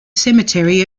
cemetery